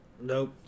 Nope